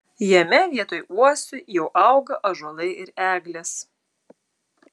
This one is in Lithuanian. jame vietoj uosių jau auga ąžuolai ir eglės